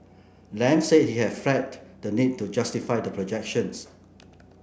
Lam said he had flagged the need to justify the projections